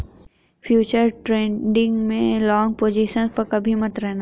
futures trading में long position पर कभी मत रहना